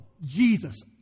Jesus